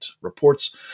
Reports